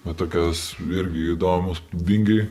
na tokios irgi įdomūs vingiai